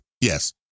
Yes